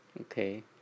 Okay